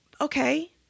Okay